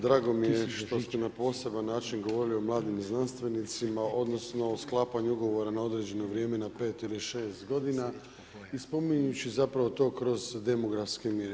Drago mi je što ste na poseban način govorili o mladim znanstvenicima, odnosno o sklapanju ugovora na određeno vrijeme na 5 ili 6 godina i spominjući to kroz demografske mjere.